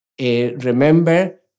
remember